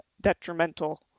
detrimental